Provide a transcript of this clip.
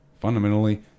fundamentally